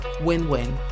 win-win